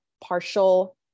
partial